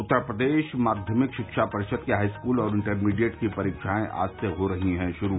उत्तर प्रदेश माध्यमिक शिक्षा परिषद की हाईस्कूल और इंटरमीडिएट की परीक्षाएं आज से हो रही है शुरू